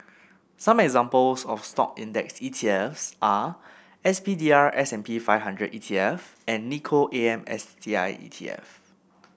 examples of Stock index E T F S are S P D R S five hundred E T F and Nikko A M S T I E T F